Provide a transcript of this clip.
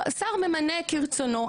השר ממנה כרצונו.